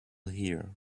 here